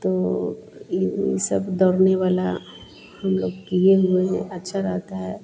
तो इन्हीं सब दौड़ने वाला हमलोग किए हुए हैं अच्छा रहता है